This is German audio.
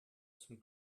zum